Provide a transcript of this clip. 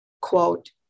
quote